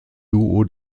duo